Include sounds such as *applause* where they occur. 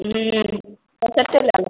*unintelligible* तहन कतेक बला